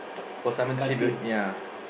Paul Simon Tribute ya